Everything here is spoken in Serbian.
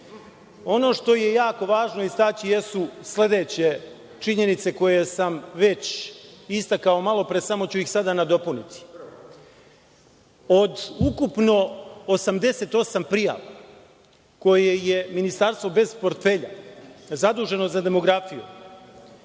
što je jako važno istaći jesu sledeće činjenice koje sam već istakao malopre, samo ću ih sada nadopuniti. Od ukupno 88 prijava koje je Ministarstvo bez portfelja zaduženo za demografiju